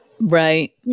right